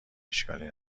اشکالی